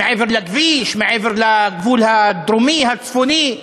מעבר לכביש, מעבר לגבול הדרומי, הצפוני,